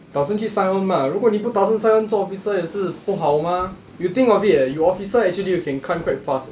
打算去 sign on ah 如果你不打算 sign on 做 officer 也是不好 mah you think of it eh you officer actually you can climb quite fast eh